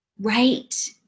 Right